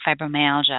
fibromyalgia